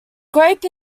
grape